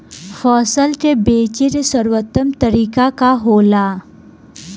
फसल के बेचे के सर्वोत्तम तरीका का होला?